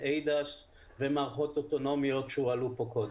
ADAS ומערכות אוטונומיות שהועלו פה קודם.